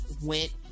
went